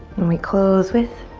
and we close with